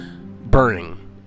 burning